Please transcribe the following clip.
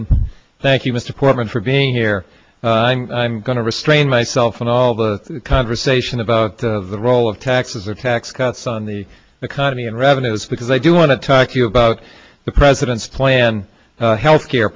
and thank you mr portman for being here i'm going to restrain myself and all the conversation about the role of taxes or tax cuts on the economy and revenues because i do want to talk to you about the president's plan health care